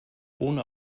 ohne